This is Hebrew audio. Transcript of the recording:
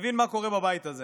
מבין מה קורה בבית הזה.